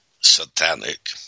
satanic